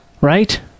Right